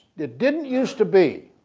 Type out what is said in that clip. didn't used to be,